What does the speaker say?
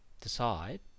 decide